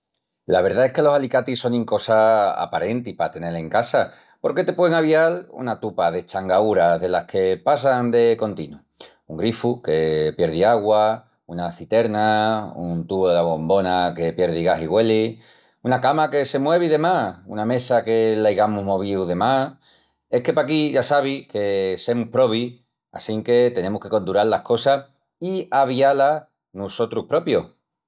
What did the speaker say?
La verdá es que los alicatis sonin cosa aparenti pa tenel en casa. Porque te puein avial una tupa d'eschangaúras delas que passan de continu: un grifu que pierdi augua, una citerna, un tubu dela bombona que pierdi gas i güeli, una cama que se muevi de más, una mesa que l'aigamus movíu de más,... Es que paquí ya sabis que semus probis assinque tenemus que condural las cosas i aviá-las nusotrus propius.